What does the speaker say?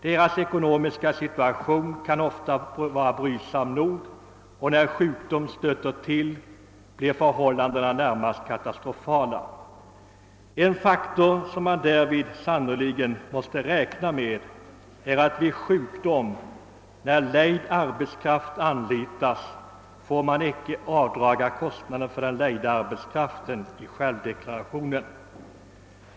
Deras ekonomiska situation kan ofta vara brydsam nog, och när sjukdom stöter till blir förhållandena närmast katastrofala. En faktor som man därvidlag sannerligen måste räkna med är att man, när lejd arbetskraft anlitas, icke får avdraga kostnaderna härför i självdeklarationen.